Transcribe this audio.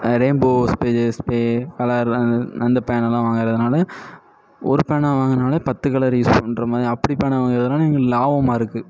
rainbow இது ஸ்பே colour அந்த அந்த பேனாலாம் வாங்கிறதுனால ஒரு பேனா வாங்கினாலே பத்து கலர் யூஸ் பண்ணுற மாதிரி அப்படி பேனா வாங்குறதுனால எங்களுக்கு லாபமாக இருக்குது